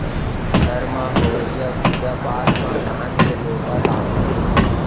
घर म होवइया पूजा पाठ म कांस के लोटा लागथे